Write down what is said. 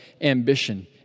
ambition